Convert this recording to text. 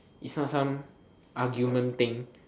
it is not some argument thing